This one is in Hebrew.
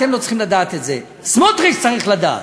אתם לא צריכים לדעת את זה, סמוטריץ צריך לדעת,